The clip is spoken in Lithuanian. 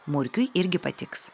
murkiui irgi patiks